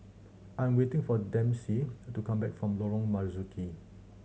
I am waiting for Dempsey to come back from Lorong Marzuki